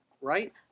right